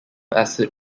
acid